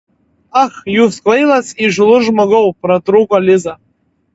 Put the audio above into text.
ach jūs kvailas įžūlus žmogau pratrūko liza